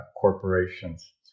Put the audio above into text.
corporations